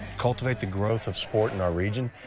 cultivate the growth of sport in our region,